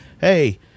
Hey